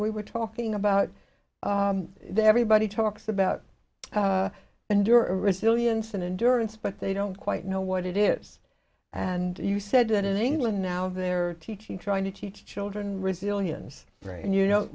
we were talking about that everybody talks about and your resilience and insurance but they don't quite know what it is and you said that in england now they're teaching trying to teach children resilience right and you know